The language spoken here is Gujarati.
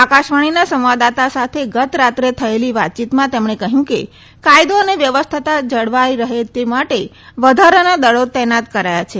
આકાશવાણીના સંવાદદાતા સાથે ગત રાત્રે થયેલી વાતચીતમાં તેમણે કહ્યું કે કાયદો અને વ્યવસ્થા જળવાઇ રહે તે માટે વધારાના દળો તૈનાત કરાયા છે